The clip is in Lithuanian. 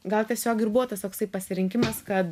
gal tiesiog ir buvo tas toksai pasirinkimas kad